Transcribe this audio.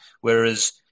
Whereas